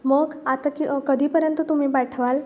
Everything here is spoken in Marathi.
मग आता की अ कधीपर्यंत तुम्ही पाठवाल